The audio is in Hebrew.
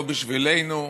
לא בשבילנו.